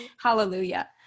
Hallelujah